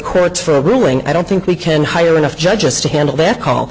court for a ruling i don't think we can hire enough judges to handle that call